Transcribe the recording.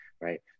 right